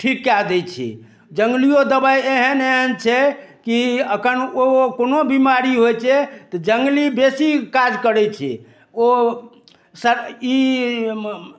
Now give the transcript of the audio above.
ठीक कऽ दै छै जङ्गलियो दबाइ एहन एहन छै कि अखन ओ कोनो बीमारी होइ छै तऽ जङ्गली बेसी काज करै छै ओ सऽ ई